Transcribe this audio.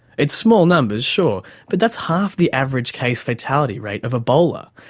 it's small numbers, sure, but that's half the average case fatality rate of ebola,